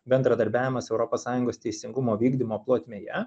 bendradarbiavimas europos sąjungos teisingumo vykdymo plotmėje